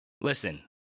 Listen